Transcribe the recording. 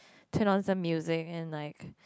turn on some music and like